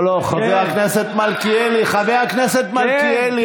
לא, לא, חבר הכנסת מלכיאלי, חבר הכנסת מלכיאלי.